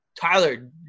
Tyler